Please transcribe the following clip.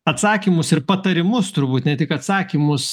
atsakymus ir patarimus turbūt ne tik atsakymus